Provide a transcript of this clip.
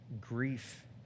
grief